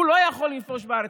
הוא לא יכול לנפוש בארץ.